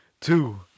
two